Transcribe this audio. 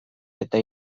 eta